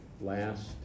last